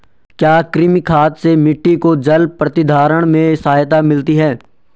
क्या कृमि खाद से मिट्टी को जल प्रतिधारण में सहायता मिलती है?